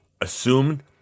assumed